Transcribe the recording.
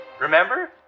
remember